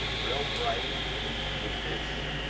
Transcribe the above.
real bright with this,